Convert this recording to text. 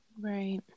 Right